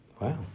Wow